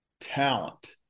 talent